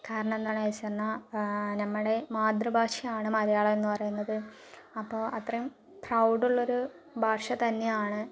കാരണം എന്താണെന്ന് ചോദിച്ച് വന്നാ നമ്മുടെ മാതൃഭാഷയാണ് മലയാളം എന്ന് പറയുന്നത് അപ്പോൾ അത്രയും പ്രൗഡ് ഉള്ളൊരു ഭാഷ തന്നെയാണ്